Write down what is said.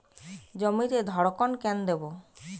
জমিতে ধড়কন কেন দেবো?